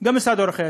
גם לשכת עורכי-הדין.